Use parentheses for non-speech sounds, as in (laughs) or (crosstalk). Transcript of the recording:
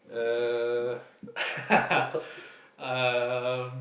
uh (laughs) um